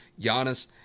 Giannis